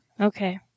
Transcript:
Okay